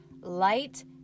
light